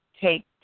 take